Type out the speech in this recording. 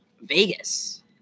Vegas